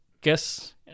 guess